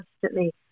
constantly